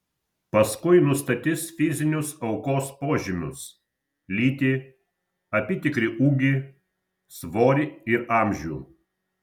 paskui nustatys fizinius aukos požymius lytį apytikrį ūgį svorį ir amžių